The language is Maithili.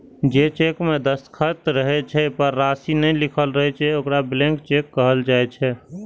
जे चेक मे दस्तखत रहै छै, पर राशि नै लिखल रहै छै, ओकरा ब्लैंक चेक कहल जाइ छै